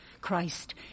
Christ